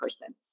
person